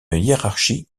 hiérarchie